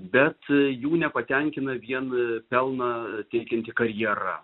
bet jų nepatenkina vien pelną teikianti karjera